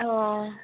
औ